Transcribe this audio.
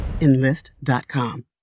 Enlist.com